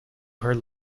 her